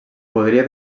podria